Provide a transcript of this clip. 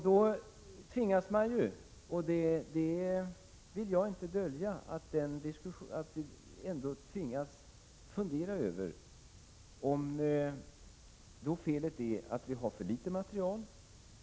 Då tvingas vi — det vill jag inte dölja — fundera över om felet kanske är att vi har för litet material.